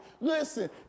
listen